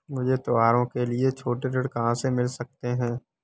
मुझे त्योहारों के लिए छोटे ऋण कहाँ से मिल सकते हैं?